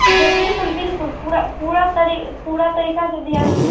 जी बिल्कुल बिल्कुल पूरा पूरा तरी पूरा तरीक़े से ध्यान